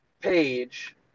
page